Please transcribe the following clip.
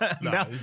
No